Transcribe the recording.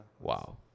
Wow